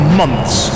months